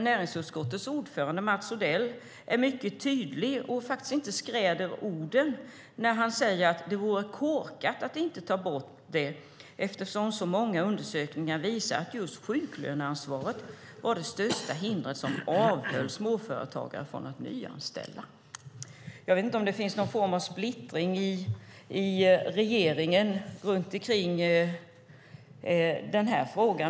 Näringsutskottets ordförande Mats Odell är mycket tydlig och skräder inte orden när han säger att det vore korkat att inte ta bort den eftersom så många undersökningar visar att just sjuklöneansvaret är det största hindret som avhåller småföretagare från att nyanställa. Jag vet inte om det finns någon form av splittring i regeringen i denna fråga.